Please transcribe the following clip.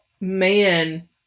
man